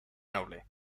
noble